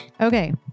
Okay